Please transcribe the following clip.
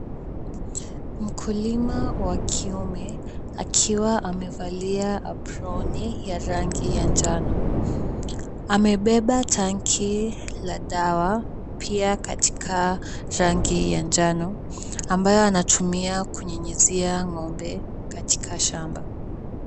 Mkulima wa kiume akiwa amevalia aproni ya rangi ya njano. Amebeba tanki la dawa pia katika rangi ya njano, ambayo anatumia kunyunyizia ng'ombe katika shamba.